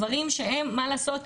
גברים שמה לעשות,